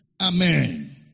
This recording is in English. Amen